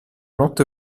notte